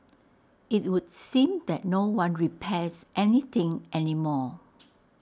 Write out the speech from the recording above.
IT would seem that no one repairs any thing any more